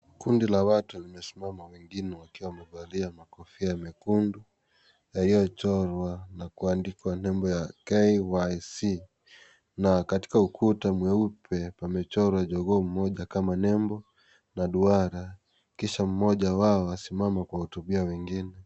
Kundi la watu limesimama. Wengine wakiwa wamevalia kofia mekundu yalichorwa na kuandikwa nembo ya KYC na katika ukuta mweupe, pamechorwa jogoo mmoja kama nembo na duara. Kisha mmoja wao asimama kuwahutubia wengine.